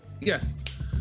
Yes